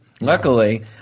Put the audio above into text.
Luckily